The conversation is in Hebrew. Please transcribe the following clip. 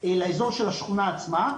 לאזור של השכונה עצמה,